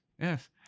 yes